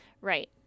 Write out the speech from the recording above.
Right